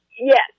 Yes